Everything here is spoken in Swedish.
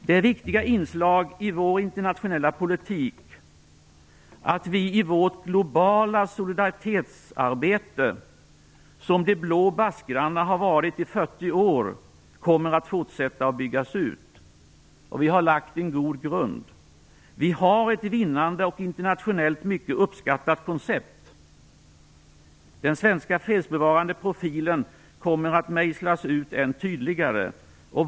Det viktiga inslag i vår internationella politik och i vårt globala solidaritetsarbete som de blå baskrarna har varit i 40 år kommer att fortsätta och byggas ut. Vi har lagt en god grund. Vi har ett vinnande och internationellt mycket uppskattat koncept. Den svenska fredsbevarande profilen kommer att mejslas ut än tydligare.